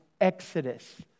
exodus